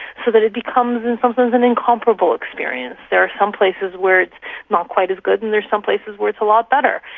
so that it becomes sometimes an incomparable experience. there are some places where it is not quite as good and there are some places where it's a lot better.